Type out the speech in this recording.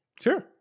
Sure